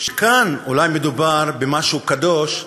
שכאן אולי מדובר במשהו קדוש,